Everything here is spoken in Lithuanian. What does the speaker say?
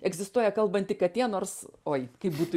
egzistuoja kalbanti katė nors oi kaip būtų